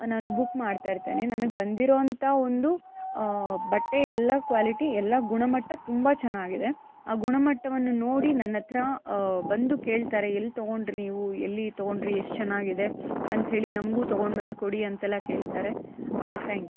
ನಾನು ಬುಕ್ ಮಾಡ್ತಾ ಇರ್ತೇನೆ ನನಗೆ ಬಂದಿರುವಂಥ ಒಂದು ಬಟ್ಟೆ ಎಲ್ಲ ಕ್ವಾಲಿಟಿ ಎಲ್ಲ ಗುಣಮಟ್ಟ ತುಂಬ ಚೆನ್ನಾಗಿದೆ ಆ ಗುಣಮಟ್ಟವನ್ನು ನೋಡಿ ನನ್ನ ಹತ್ರ ಬಂದು ಕೇಳ್ತಾರೆ ಎಲ್ಲಿ ತೊಗೊಂಡ್ರಿ ನೀವು ಎಲ್ಲಿ ತೊಗೊಂಡ್ರಿ ಎಷ್ಟು ಚೆನ್ನಾಗಿದೆ ಅಂಥೇಳಿ ನಮಗೂ ತೊಗೊಂಡು ಬಂದ್ಕೊಡಿ ಅಂತ ಎಲ್ಲ ಕೇಳ್ತಾರೆ ಥ್ಯಾಂಕ್ಯೂ